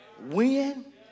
win